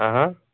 آ